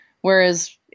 Whereas